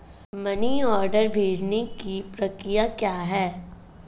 Money order भेजने की प्रक्रिया क्या है?